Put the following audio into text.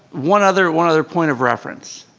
one other one other point of reference.